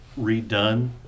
redone